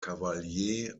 cavalier